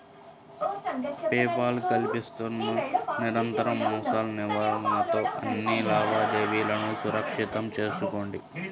pay Paul కల్పిస్తున్న నిరంతర మోసాల నివారణతో అన్ని లావాదేవీలను సురక్షితం చేసుకోండి